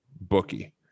bookie